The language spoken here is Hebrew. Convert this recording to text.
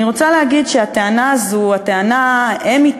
אני רוצה להגיד שהטענה הזאת,